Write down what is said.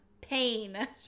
pain